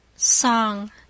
Song